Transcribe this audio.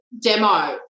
demo